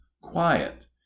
quiet